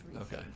okay